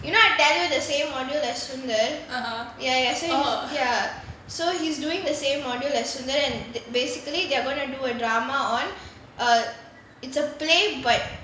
you know I tell you the same module as soongil ya ya same ya so he's doing the same as soongil and the~ basically they are going to do a drama on uh it's a play but